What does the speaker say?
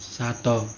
ସାତ